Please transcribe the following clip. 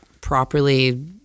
properly